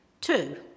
Two